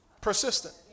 Persistent